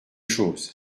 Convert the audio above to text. chose